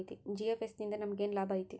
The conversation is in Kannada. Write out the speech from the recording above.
ಜಿ.ಎಫ್.ಎಸ್ ನಿಂದಾ ನಮೆಗೆನ್ ಲಾಭ ಐತಿ?